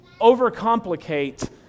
overcomplicate